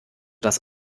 das